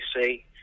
say